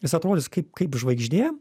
jis atrodys kaip kaip žvaigždė